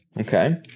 okay